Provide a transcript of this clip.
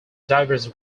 diverse